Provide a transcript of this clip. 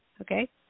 Okay